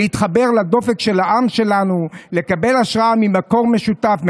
להתחבר לדופק של העם שלנו ולקבל השראה ממקור משותף,